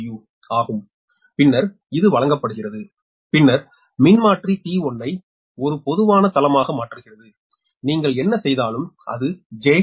so ஆகும் பின்னர் இது வழங்கப்படுகிறது பின்னர் மின்மாற்றி T1 ஐ ஒரு பொதுவான தளமாக மாற்றுகிறது நீங்கள் என்ன செய்தாலும் அது j0